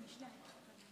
אנחנו חיים בתקופה